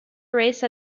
race